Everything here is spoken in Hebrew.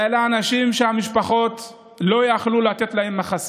אלה אנשים שהמשפחות לא יכלו לתת להם מחסה.